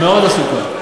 מאוד עסוקה,